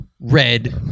Red